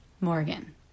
Morgan